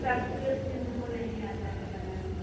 सब्ज़ी वब्ज़ी हमको नहीं आता है बनाने